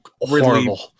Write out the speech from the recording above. Horrible